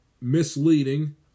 misleading